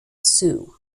sue